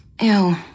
Ew